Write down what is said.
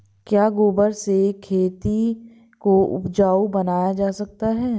क्या गोबर से खेती को उपजाउ बनाया जा सकता है?